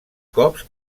cops